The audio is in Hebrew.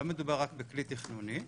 לא מדובר רק בכלי תכנוני,